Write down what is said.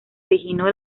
originó